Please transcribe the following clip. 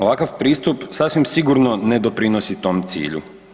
Ovakav pristup sasvim sigurno ne doprinosi tom cilju.